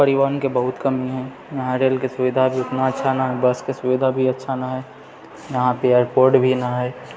परिवहनके बहुत कमी है यहाँ रेलके सुविधा भी उतना अच्छा ने है बसके सुविधा भी अच्छा ने है यहाँपे एयरपोर्ट भी ने है